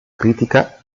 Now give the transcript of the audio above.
critica